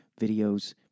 videos